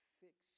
fix